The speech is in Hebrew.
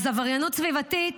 אז עבריינות סביבתית